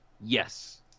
Yes